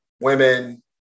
women